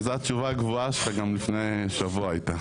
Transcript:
זו התשובה הקבועה שלך, גם לפני שבוע הייתה.